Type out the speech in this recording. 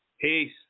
Peace